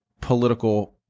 political